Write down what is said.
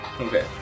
Okay